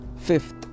Fifth